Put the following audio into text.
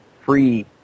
free